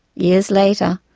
years later,